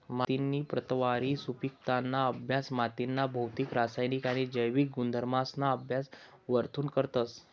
मातीनी प्रतवारी, सुपिकताना अभ्यास मातीना भौतिक, रासायनिक आणि जैविक गुणधर्मसना अभ्यास वरथून करतस